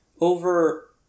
Over